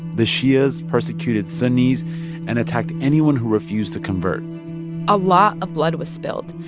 the shias persecuted sunnis and attacked anyone who refused to convert a lot of blood was spilled.